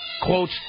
quote